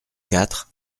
quatre